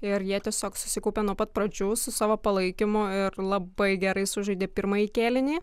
ir jie tiesiog susikaupė nuo pat pradžių su savo palaikymu ir labai gerai sužaidė pirmąjį kėlinį